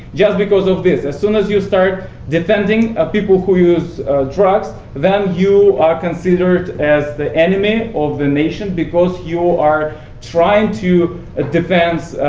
just because of this. as soon as you start defending ah people who use drugs, then you are considered as the enemy of the nation, because you are trying to ah defend